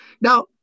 Now